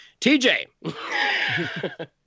TJ